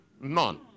none